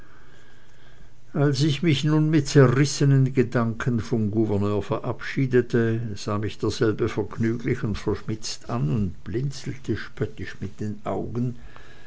als ich mich nun mit zerrissenen gedanken vom gouverneur verabschiedete sah mich derselbe vergnüglich und verschmitzt an und blinzelte spöttisch mit den augen